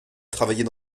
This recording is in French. travailler